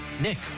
Nick